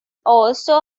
also